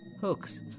Hooks